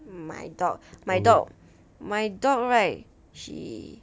my dog my dog my dog right she